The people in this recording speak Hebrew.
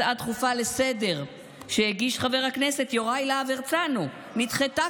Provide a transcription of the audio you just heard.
הצעה דחופה לסדר-היום שהגיש חבר הכנסת יוראי להב הרצנו נדחתה,